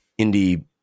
Indie